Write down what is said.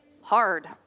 hard